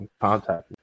contact